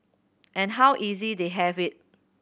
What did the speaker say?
and how easy they have it